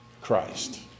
Christ